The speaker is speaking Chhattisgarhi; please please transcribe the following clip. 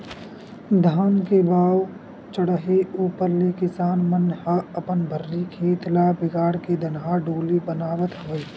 धान के भाव चड़हे ऊपर ले किसान मन ह अपन भर्री खेत ल बिगाड़ के धनहा डोली बनावत हवय